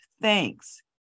thanks